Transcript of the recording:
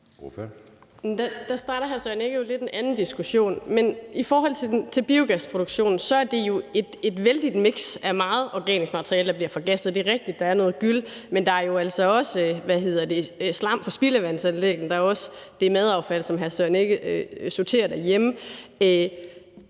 Der starter hr. Søren Egge Rasmussen lidt en anden diskussion. Men i forhold til biogasproduktionen er det jo et vældigt miks af meget organisk materiale, der bliver forgasset. Det er rigtigt, at der er noget gylle, men der er altså også slam fra spildevandsanlæggene, og der er også det madaffald, som hr. Søren Egge Rasmussen sorterer derhjemme.